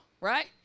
right